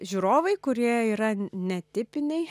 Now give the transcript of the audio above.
žiūrovai kurie yra netipiniai